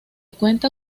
cuenta